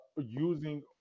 using